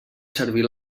servir